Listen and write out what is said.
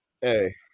hey